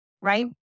right